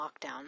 lockdown